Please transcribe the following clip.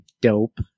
dope